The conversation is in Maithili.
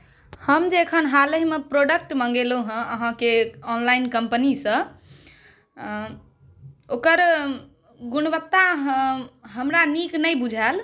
हम जे एखन हालहिमे प्रोडक्ट मंगेलहुँ हँ अहाँके ऑनलाइन कम्पनीसँ ओकर गुणवत्ताहमरा नीक नहि बुझायल